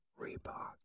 Reebok